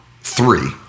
three